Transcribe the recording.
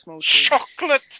chocolate